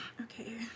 okay